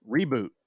Reboot